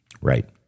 Right